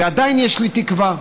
ועדיין יש לי תקווה.